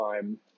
time